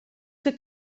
que